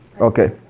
Okay